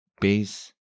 base